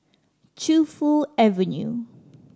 Tu Fu Avenue